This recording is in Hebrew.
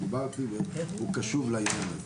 דיברנו והוא קשוב לעניין הזה.